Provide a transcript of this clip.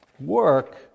Work